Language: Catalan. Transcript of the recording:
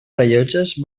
rellotges